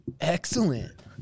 excellent